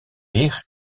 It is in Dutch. weer